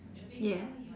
ya